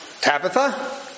Tabitha